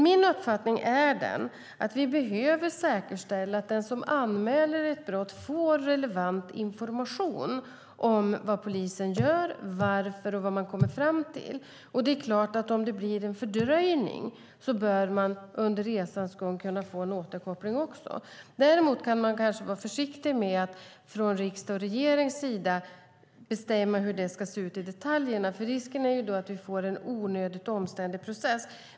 Min uppfattning är att vi behöver säkerställa att den som anmäler ett brott får relevant information om vad polisen gör, varför och vad man kommer fram till. Det är klart att om det blir en fördröjning bör anmälaren också under resans gång kunna få en återkoppling. Däremot kan kanske riksdag och regering vara försiktiga med att bestämma hur det ska se ut i detaljerna. Risken är att vi får en onödigt omständlig process.